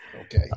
Okay